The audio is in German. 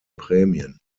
prämien